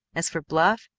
as for bluff,